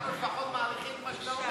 אנחנו לפחות מעריכים את מה שאתה